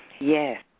Yes